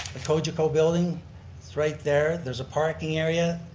the cogeco building is right there. there's a parking area.